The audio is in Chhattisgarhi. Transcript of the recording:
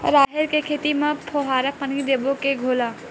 राहेर के खेती म फवारा पानी देबो के घोला?